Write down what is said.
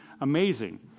amazing